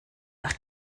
nach